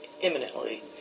imminently